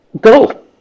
Go